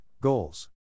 Goals